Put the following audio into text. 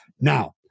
Now